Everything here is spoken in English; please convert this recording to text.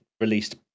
released